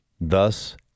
Thus